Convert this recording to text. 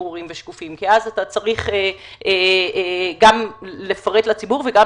ברורים ושקופים כי אז אתה צריך גם לפרט לציבור וגם